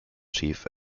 chief